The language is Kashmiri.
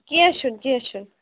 کیٚنٛہہ چھُنہٕ کیٚنٛہہ چھُنہٕ